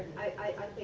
i